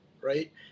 right